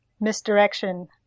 Misdirection